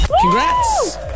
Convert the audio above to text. Congrats